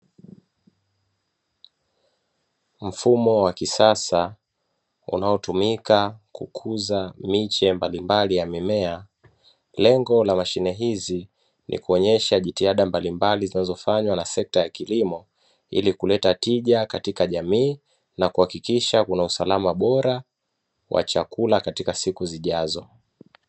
Mfumo wa kisasa unaotumika kukuza miche mbalimbali ya mimea, lengo la mashine hizi ni kuonyesha jitihada mbalimbali zinazofanywa na sekta ya kilimo ili kuleta tija katika jamii na kuhakikisha kuna usalama bora wa chakula katika siku zijazo.